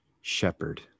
shepherd